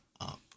up